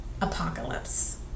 Apocalypse